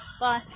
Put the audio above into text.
Bye